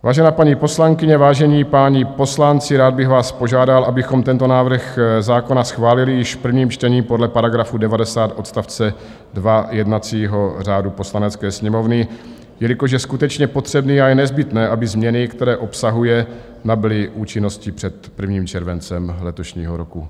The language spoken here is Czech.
Vážené paní poslankyně, vážení páni poslanci, rád bych vás požádal, abychom tento návrh zákona schválili již v prvním čtení podle § 90 odst. 2 jednacího řádu Poslanecké sněmovny, jelikož je skutečně potřebný a je nezbytné, aby změny, které obsahuje, nabyly účinnosti před 1. červencem letošního roku.